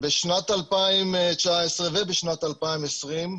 בשנת 2019 ובשנת 2020,